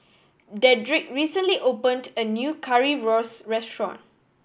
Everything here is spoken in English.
Dedric recently opened a new Currywurst restaurant